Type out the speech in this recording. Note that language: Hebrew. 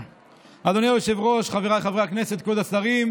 נייר עם הרב גלעד קריב, זה בסדר.